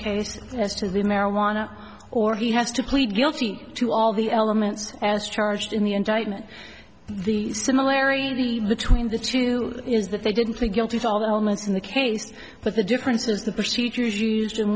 case as to the marijuana or he has to plead guilty to all the elements as charged in the indictment the similary between the two is that they didn't plead guilty to all the elements in the case but the difference is the procedures used in